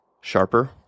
sharper